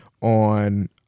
on